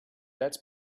that’s